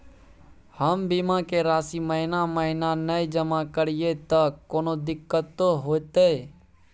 हम बीमा के राशि महीना महीना नय जमा करिए त कोनो दिक्कतों होतय?